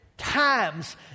Times